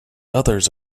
others